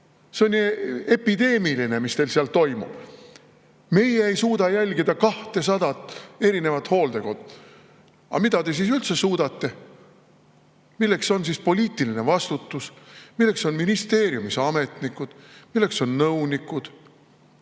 See on epideemiline, mis seal toimub! "Meie ei suuda jälgida 200 erinevat hooldekodu." Aga mida te siis üldse suudate? Milleks on siis poliitiline vastutus, milleks on ministeeriumis ametnikud, milleks on nõunikud?